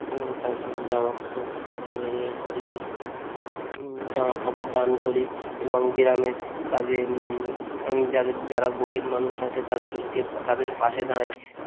এবং তাছাড়া জামা কাপড় ভাবে ই করে দিই জামা কাপড় দান করি এবং গ্রামের কাজে আমি যাদের যারা গরিব মানুষ আছে তাদেরকে তাদের পাশে দাঁড়াই